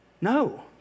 no